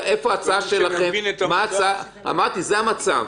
לחוק, לחץ של עובד הציבור לפי סעיף 277